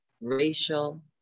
racial